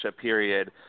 period